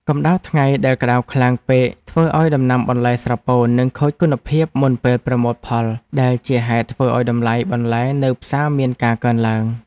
កម្ដៅថ្ងៃដែលក្តៅខ្លាំងពេកធ្វើឱ្យដំណាំបន្លែស្រពោន និងខូចគុណភាពមុនពេលប្រមូលផលដែលជាហេតុធ្វើឱ្យតម្លៃបន្លែនៅផ្សារមានការកើនឡើង។